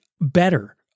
better